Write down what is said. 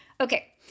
Okay